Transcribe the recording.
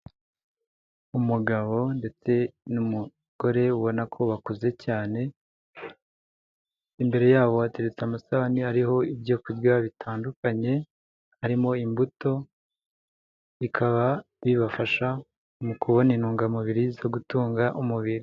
Umugabo ndetse n'umugore ubona ko bakuze cyane, imbere yabo hatereretse amasahani ariho ibyo kurya bitandukanye, harimo imbuto bikaba bibafasha mu kubona intungamubiri zo gutunga umubiri,